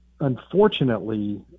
Unfortunately